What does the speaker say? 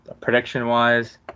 prediction-wise